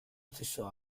stesso